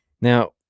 Now